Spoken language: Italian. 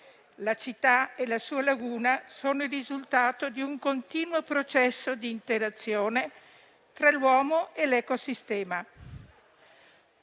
La città e la sua laguna sono il risultato di un continuo processo di interazione tra l'uomo e l'ecosistema,